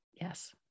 Yes